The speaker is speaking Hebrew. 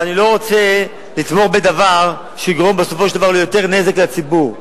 אבל אני לא רוצה לתמוך בדבר שיגרום בסופו של דבר יותר נזק לציבור,